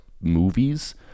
movies